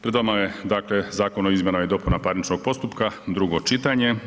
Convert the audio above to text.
Pred vama je dakle, Zakon o izmjenama i dopunama parničnog postupka, drugo čitanje.